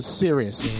serious